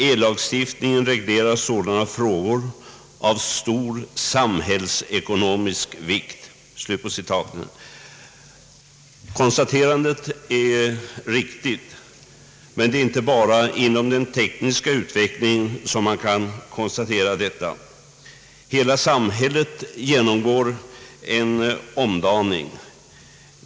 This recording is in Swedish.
Ellagstiftningen reglerar sålunda frågor av stor samhällsekonomisk vikt.» Konstaterandet är riktigt, men detta gäller inte bara inom den tekniska utvecklingen. Hela samhället genomgår en omdaning.